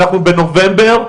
אנחנו בנובמבר,